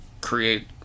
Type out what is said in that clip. create